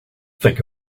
think